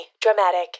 dramatic